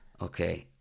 Okay